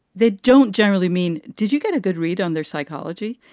they don't generally mean. did you get a good read on their psychology?